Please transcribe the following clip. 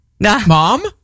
mom